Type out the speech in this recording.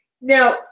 Now